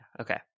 Okay